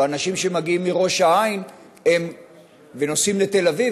הלוא אנשים שמגיעים מראש העין ונוסעים לתל אביב,